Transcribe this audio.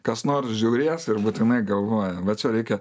kas nors žiūrės ir būtinai galvoja va čia reikia